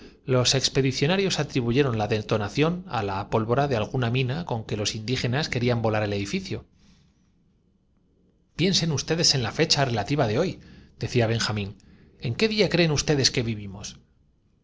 sencilla dicionarios atribuyeron la detonación á la pólvora de mis lectores recordarán sin duda unos martillazos alguna mina con que los indígenas querían volar el que don sindulfo y benjamín oyeron mientras reco edificio rrían el anacronópete la noche que pernoctaron en piensen ustedes en la fecha relativa de hoydecía china pues bien dábanlos los milites que buscando benjamín en qué día creen ustedes que vivimos